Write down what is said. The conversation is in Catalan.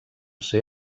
ser